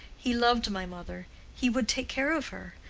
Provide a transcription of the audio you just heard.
he loved my mother he would take care of her.